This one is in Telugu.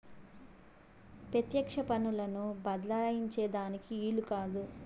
పెత్యెక్ష పన్నులను బద్దలాయించే దానికి ఈలు కాదు